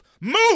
move